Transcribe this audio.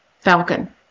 Falcon